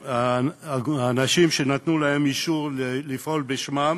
האנשים שנתנו להם אישור לפעול בשמם,